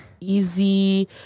easy